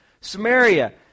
Samaria